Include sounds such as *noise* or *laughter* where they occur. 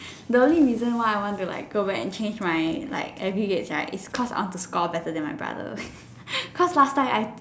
the only reason why I want to like go back and change my like aggregates right it's cause I want to score better than my brother *laughs* cause last time I